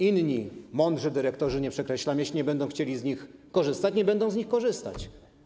Inni mądrzy dyrektorzy, nie przekreślam, jeśli nie będą chcieli z nich korzystać, nie będą z nich korzystać.